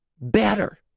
better